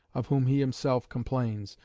of whom he himself complains,